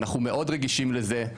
אנחנו מאוד רגישים לזה,